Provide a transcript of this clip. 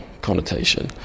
connotation